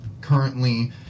currently